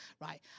right